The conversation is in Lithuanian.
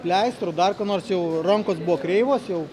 pleistrų dar ko nors jau rankos buvo kreivos jau